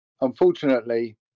Unfortunately